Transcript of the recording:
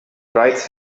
writes